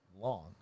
long